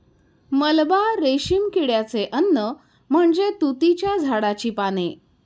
मलबा रेशीम किड्याचे अन्न म्हणजे तुतीच्या झाडाची पाने